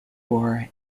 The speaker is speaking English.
war